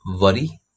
worry